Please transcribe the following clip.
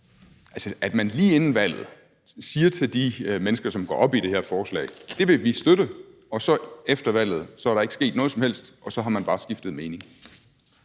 at man lige inden valget siger til de mennesker, som går op i det her forslag, at det vil man støtte, men så er der ikke sket noget som helst efter valget, og så har man bare skiftet mening.